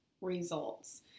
results